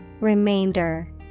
Remainder